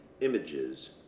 images